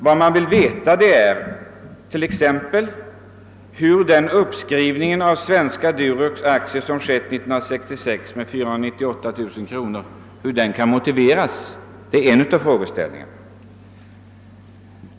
Var man vill veta är t.ex. hur den uppskrivning av aktierna i Svenska Durox AB som skedde 1966 med 498 000 kronor kan motiveras. Det är en av frågeställningarna.